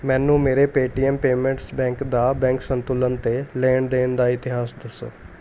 ਮੈਨੂੰ ਮੇਰੇ Paytm payments bank ਦਾ ਬੈਂਕ ਸੰਤੁਲਨ 'ਤੇ ਲੈਣ ਦੇਣ ਦਾ ਇਤਿਹਾਸ ਦੱਸੋ